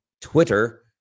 Twitter